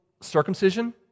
circumcision